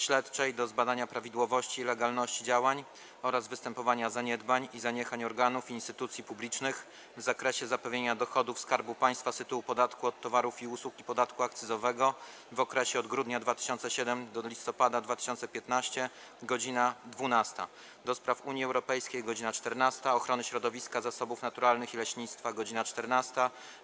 Śledczej do zbadania prawidłowości i legalności działań oraz występowania zaniedbań i zaniechań organów i instytucji publicznych w zakresie zapewnienia dochodów Skarbu Państwa z tytułu podatku od towarów i usług i podatku akcyzowego w okresie od grudnia 2007 r. do listopada 2015 r. - godz. 12, - do Spraw Unii Europejskiej - godz.14, - Ochrony Środowiska, Zasobów Naturalnych i Leśnictwa - godz. 14,